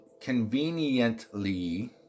Conveniently